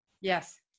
Yes